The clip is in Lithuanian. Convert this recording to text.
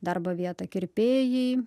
darbo vietą kirpėjai